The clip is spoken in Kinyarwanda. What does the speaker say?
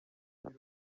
agira